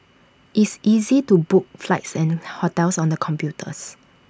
it's easy to book flights and hotels on the computers